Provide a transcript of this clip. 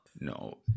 No